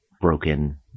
broken